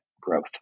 growth